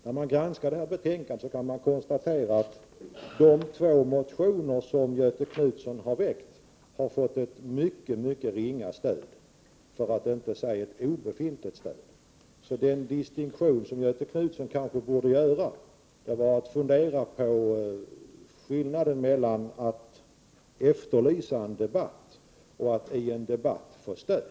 När man granskar betänkandet kan man konstatera att de två motioner som Göthe Knutson har väckt har fått ett mycket ringa stöd, för att inte säga ett obefintligt stöd. Den distinktion som Göthe Knutson kanske borde göra är att fundera på skillnaden mellan att efterlysa en debatt och att få stöd i en debatt.